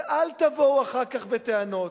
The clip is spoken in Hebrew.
ואל תבואו אחר כך בטענות,